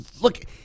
look